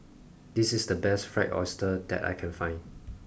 this is the best fried oyster that I can find